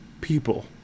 People